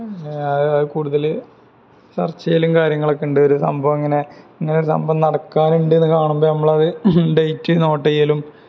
കൂടുതല് ചർച്ചയിലും കാര്യങ്ങളൊക്കെ ഉണ്ട് ഒരു സംഭവം ഇങ്ങനെ ഇങ്ങനെ ഒരു സംഭവം നടക്കാനുണ്ടെന്നു കാണുമ്പോള് നമ്മളത് ഡേറ്റ് നോട്ട് ചെയ്യലും